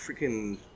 freaking